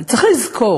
אבל צריך לזכור: